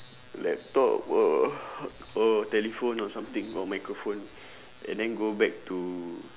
laptop or or telephone or something or microphone and then go back to